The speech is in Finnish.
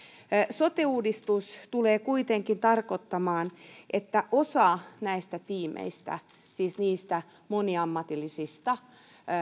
sote uudistus tulee kuitenkin tarkoittamaan että osa näistä tiimeistä siis niistä moniammatillisista